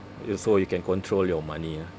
you so you can control your money ah